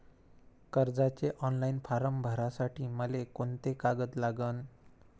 कर्जाचे online form भरासाठी मले कोंते कागद लागन?